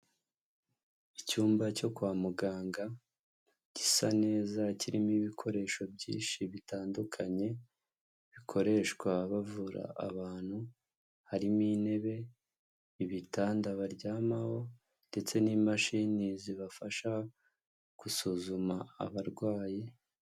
Icyumba cyo kwa muganga gisa neza kirimo ibikoresho byinshi bitandukanye bikoreshwa bavura abantu harimo intebe, ibitanda baryamaho ndetse n'imashini zibafasha gusuzuma abarwayi.